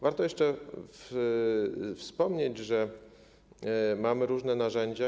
Warto jeszcze wspomnieć, że mamy różne narzędzia.